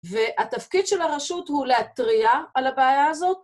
והתפקיד של הרשות הוא להתריע על הבעיה הזאת.